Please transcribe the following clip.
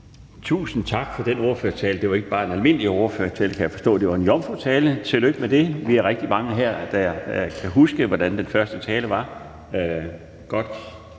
Tusind tak for den ordførertale. Det var ikke bare en almindelig ordførertale, kunne jeg forstå; det var en jomfrutale. Tillykke med det! Vi er rigtig mange her, der kan huske, hvordan den første tale var. Der